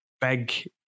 big